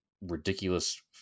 ridiculous